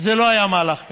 וזה לא היה מהלך קל.